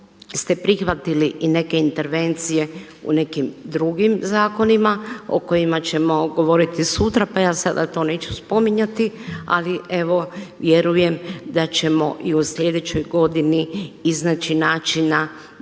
ste prihvatili i neke intervencije u nekim drugim zakonima o kojima ćemo govoriti sutra, pa ja sada to neću spominjati. Ali evo vjerujem da ćemo i u sljedećoj godini iznaći načina